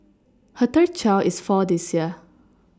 her third child is four this year